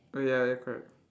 oh ya ya correct